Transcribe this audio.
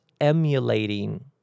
emulating